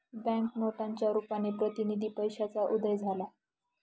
bank नोटांच्या रुपाने प्रतिनिधी पैशाचा उदय झाला